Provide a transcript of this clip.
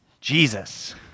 Jesus